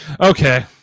Okay